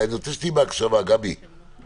נגיד